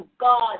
God